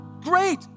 Great